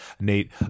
Nate